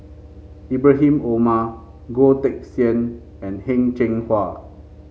Ibrahim Omar Goh Teck Sian and Heng Cheng Hwa